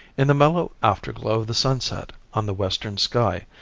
in the mellow afterglow of the sunset, on the western sky,